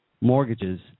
mortgages